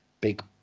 big